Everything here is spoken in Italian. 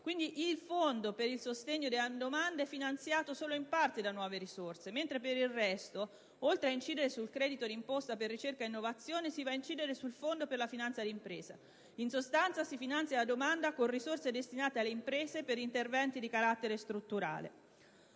Quindi il Fondo per il cosiddetto sostegno della domanda è finanziato solo in parte da nuove risorse, mentre per il resto, oltre ad incidere sul credito d'imposta per ricerca e innovazione si va ad incidere sul Fondo per la finanza d'impresa. In sostanza, si finanzia la domanda con risorse destinate alle imprese per interventi di carattere strutturale.